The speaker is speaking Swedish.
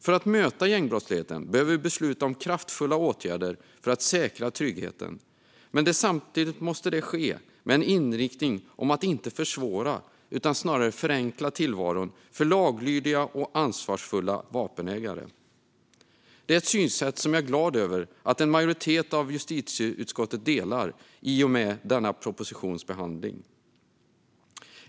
För att möta gängbrottsligheten behöver vi besluta om kraftfulla åtgärder för att säkra tryggheten, men samtidigt måste det ske med en inriktning på att inte försvåra utan snarare förenkla tillvaron för laglydiga och ansvarsfulla vapenägare. Det är ett synsätt som jag är glad över att en majoritet av justitieutskottet delar i och med denna propositions behandling.